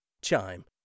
Chime